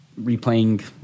replaying